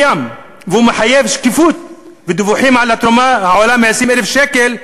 והוא מחייב שקיפות ודיווחים על תרומה העולה על 20,000 שקל,